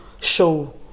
Show